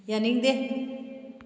ꯌꯥꯅꯤꯡꯗꯦ